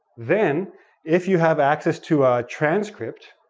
then if you have access to a transcript,